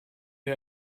wir